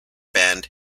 band